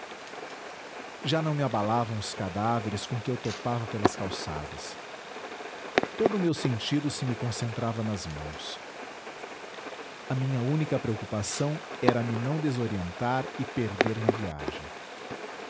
me não abalavam os cadáveres com que eu topava pelas calçadas todo o meu sentido se me concentrava nas mãos a minha única preocupação era me não desorientar e perder na viagem